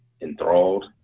Enthralled